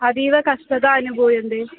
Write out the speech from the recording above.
अतीव कष्टाः अनुभूयन्ते